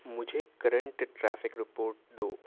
مجھے current traffic report دو